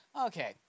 Okay